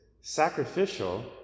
sacrificial